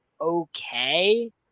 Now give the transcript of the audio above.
okay